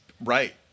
right